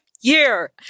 year